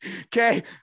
okay